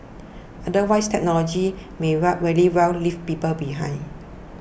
otherwise technology may well very well leave people behind